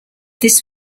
this